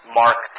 mark